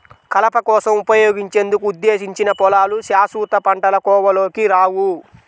కలప కోసం ఉపయోగించేందుకు ఉద్దేశించిన పొలాలు శాశ్వత పంటల కోవలోకి రావు